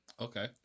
Okay